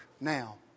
now